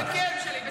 שלא יזכיר את השם שלי.